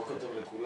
בוקר טוב לכולם.